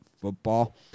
football